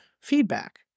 feedback